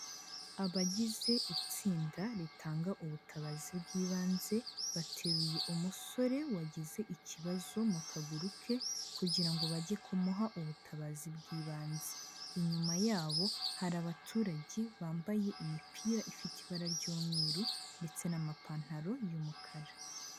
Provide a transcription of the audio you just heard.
Abagize itsinda ritanga ubutabazi bw'ibanze, bateruye umusore wagize ikibazo mu kaguru ke kugira ngo bajye kumuha ubutabazi bw'ibanze, inyuma yabo hari abaturage bambaye imipira ifite ibara ry'umweru ndetse n'amapantaro y'umukara.